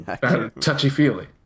Touchy-feely